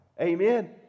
Amen